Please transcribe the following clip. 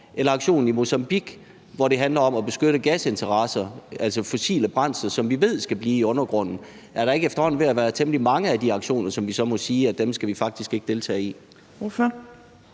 eller aktionen i Mozambique, hvor det handler om at beskytte gasinteresser – altså fossile brændsler, som vi ved skal blive i undergrunden. Er der ikke efterhånden ved at være temmelig mange af de aktioner, hvor vi så må sige: Dem skal vi faktisk ikke deltage i?